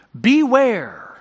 Beware